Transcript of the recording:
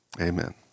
Amen